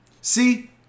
See